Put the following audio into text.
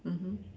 mmhmm